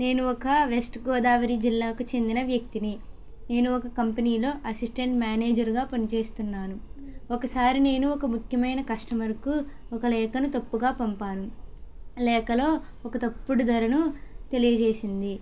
నేను ఒక వెస్ట్ గోదావరి జిల్లాకు చెందిన వ్యక్తిని నేను ఒక కంపెనీలో అసిస్టెంట్ మేనేజర్గా పనిచేస్తున్నాను ఒకసారి నేను ఒక ముఖ్యమైన కస్టమర్కు ఒక లేఖను తప్పుగా పంపాను లేఖలో ఒక తప్పుడు ధరను తెలియజేసింది